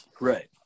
Right